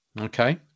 Okay